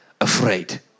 afraid